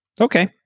Okay